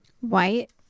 White